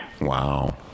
Wow